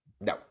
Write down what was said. No